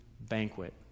banquet